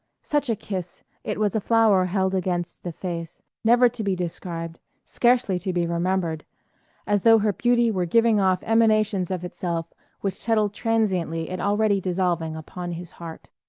such a kiss it was a flower held against the face, never to be described, scarcely to be remembered as though her beauty were giving off emanations of itself which settled transiently and already dissolving upon his heart.